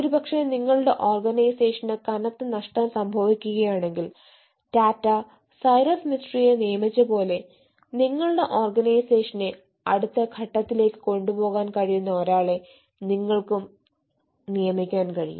ഒരുപക്ഷെ നിങ്ങളുടെ ഓർഗനൈസേഷന് കനത്ത നഷ്ടം സംഭവിക്കുകയാണെങ്കിൽ ടാറ്റ സൈറസ് മിസ്ട്രിയെ നിയമിച്ചപ്പോലെ നിങ്ങളുടെ ഓർഗനൈസേഷനെ അടുത്ത ഘട്ടത്തിലേക്ക് കൊണ്ടുപോകാൻ കഴിയുന്ന ഒരാളെ നിങ്ങൾക്കും നിയമിക്കാൻ കഴിയും